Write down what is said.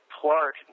Clark